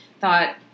Thought